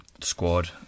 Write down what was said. squad